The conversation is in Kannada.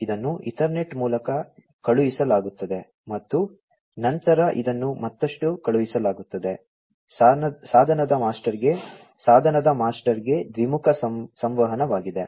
ಇದನ್ನು ಈಥರ್ನೆಟ್ ಮೂಲಕ ಕಳುಹಿಸಲಾಗುತ್ತದೆ ಮತ್ತು ನಂತರ ಇದನ್ನು ಮತ್ತಷ್ಟು ಕಳುಹಿಸಲಾಗುತ್ತದೆ ಸಾಧನದ ಮಾಸ್ಟರ್ಗೆ ಸಾಧನದ ಮಾಸ್ಟರ್ಗೆ ದ್ವಿಮುಖ ಸಂವಹನವಾಗಿದೆ